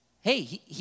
Hey